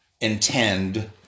intend